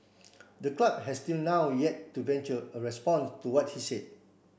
the club has till now yet to venture a response to what he said